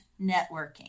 networking